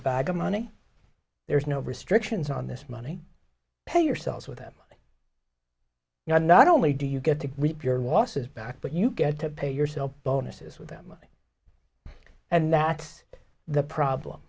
bag of money there's no restrictions on this money pay yourself with them you know not only do you get to reap your losses back but you get to pay yourself bonuses with them and that's the problem